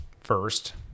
first